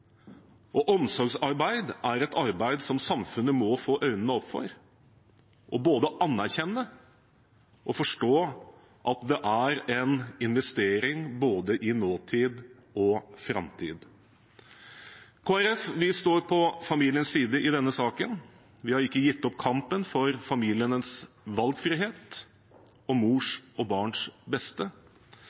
Omsorgsarbeid er et arbeid som samfunnet må få øynene opp for – og både anerkjenne og forstå at det er en investering både i nåtid og i framtid. Kristelig Folkeparti står på familiens side i denne saken, vi har ikke gitt opp kampen for familienes valgfrihet og for mors og barns beste.